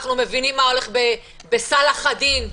אנחנו מבינים מה הולך בסאלח א-דין.